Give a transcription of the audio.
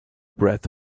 breath